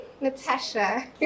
Natasha